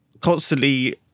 constantly